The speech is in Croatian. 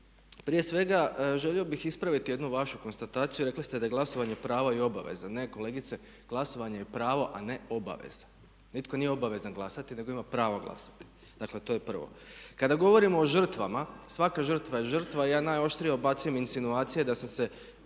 Prije svega želio bih ispraviti jednu vašu konstataciju, rekli ste da je glasovanje prava i obaveza. Ne, kolegice, glasovanje je pravo a ne obaveza. Nitko nije obavezan glasati nego ima pravo glasati, dakle to je prvo. Kada govorimo o žrtvama, svaka žrtva je žrtva i ja najoštrije odbacujem insinuacije da sam se